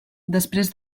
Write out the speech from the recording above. després